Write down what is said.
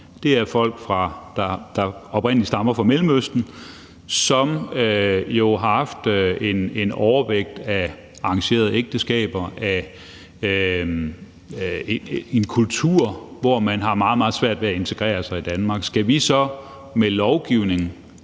om, er folk, der oprindelig stammer fra Mellemøsten, og som jo har haft en overvægt af arrangerede ægteskaber og har en kultur, hvor man har meget, meget svært ved at integrere sig i Danmark. Skal vi så med lovgivning